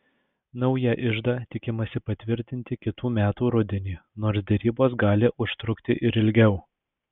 naują iždą tikimasi patvirtinti kitų metų rudenį nors derybos gali užtrukti ir ilgiau